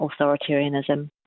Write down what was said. authoritarianism